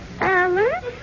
Alice